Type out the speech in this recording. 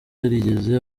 yarigeze